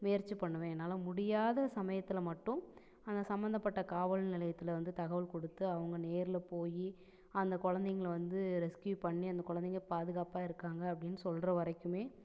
முயற்சி பண்ணுவேன் என்னால் முடியாத சமயத்தில் மட்டும் ஆனால் சம்மந்தப்பட்ட காவல் நிலையத்தில் வந்து தகவல் கொடுத்து அவங்க நேரில் போய் அந்த குழந்தைங்கள வந்து ரெஸ்க்யூ பண்ணி அந்த குழந்தைங்க பாதுகாப்பாக இருக்காங்க அப்படின்னு சொல்கிற வரைக்குமே